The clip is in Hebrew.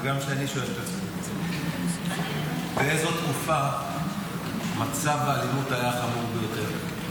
וגם אני שואל את עצמי: באיזו תקופה מצב האלימות היה החמור ביותר?